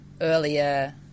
earlier